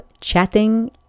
chatting